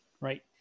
right